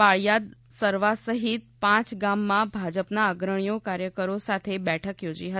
પાળીયાદ સરવા સહિત પાંચ ગામમાં ભાજપના અગ્રણીઓ કાર્યકરો સાથે બેઠક યોજી ફતી